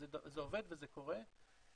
וזה עובד וזה קורה.